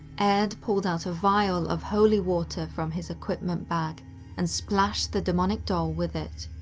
and pulled out a vial of holy water from his equipment bag and splashed the demonic doll with it.